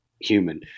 human